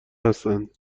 هستند